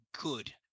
good